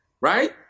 right